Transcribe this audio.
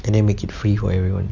and then make it free for everyone